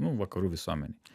nu vakarų visuomenėj